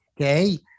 Okay